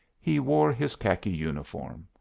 he wore his khaki uniform.